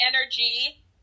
energy